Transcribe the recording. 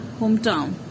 hometown